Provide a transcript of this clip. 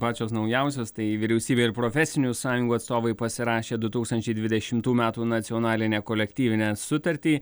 pačios naujausios tai vyriausybė ir profesinių sąjungų atstovai pasirašė du tūkstančiai dvidešimtų metų nacionalinę kolektyvinę sutartį